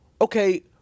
okay